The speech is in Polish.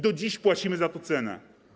Do dziś płacimy za to cenę.